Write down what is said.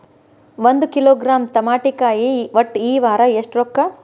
ಒಂದ್ ಕಿಲೋಗ್ರಾಂ ತಮಾಟಿಕಾಯಿ ಒಟ್ಟ ಈ ವಾರ ಎಷ್ಟ ರೊಕ್ಕಾ?